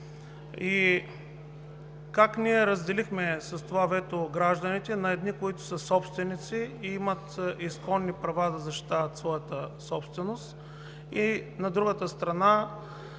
Как ние разделихме с това вето гражданите – на едни, които са собственици и имат изконни права да защитават своята собственост, и, на другата страна,